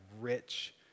rich